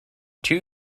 two